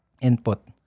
input